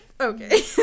okay